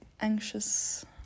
anxious